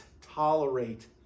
tolerate